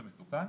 זה מסוכן',